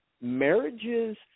marriages